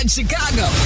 Chicago